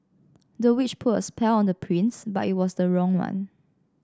the witch put a spell on the prince but it was the wrong one